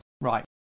right